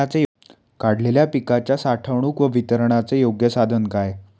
काढलेल्या पिकाच्या साठवणूक व वितरणाचे योग्य साधन काय?